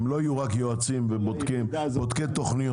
הם לא יהיו רק יועצים ובודקי תוכניות.